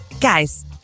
guys